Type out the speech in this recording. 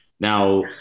Now